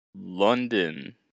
London